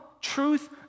Truth